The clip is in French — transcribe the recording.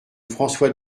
françois